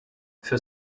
für